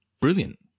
brilliant